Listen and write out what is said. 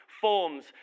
forms